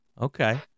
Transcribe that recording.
okay